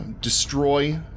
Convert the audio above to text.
destroy